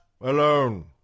alone